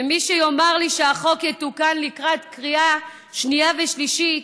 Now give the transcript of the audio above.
ומי שיאמר לי שהחוק יתוקן לקראת קריאה שנייה ושלישית,